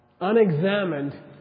unexamined